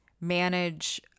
manage